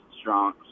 strong